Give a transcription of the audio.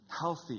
healthy